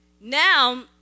Now